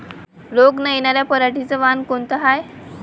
रोग न येनार पराटीचं वान कोनतं हाये?